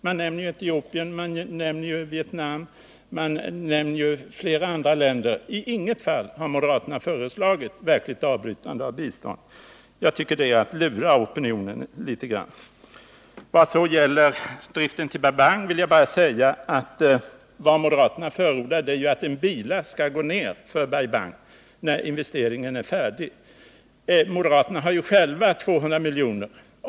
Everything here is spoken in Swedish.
Man nämner Etiopien, Vietnam och flera andra länder, men i inget av dessa fall har moderaterna föreslagit ett verkligt avbrytande av biståndet. Jag tycker att det är att lura opinionen litet grand. Vad så beträffar anslaget till driften av Bai Bang vill jag bara säga att vad moderaterna förordar är att en bila skall gå ned för Bai Bang när investeringen är färdig. Moderaterna föreslår själva 200 milj.kr. i bistånd.